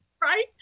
Right